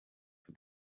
for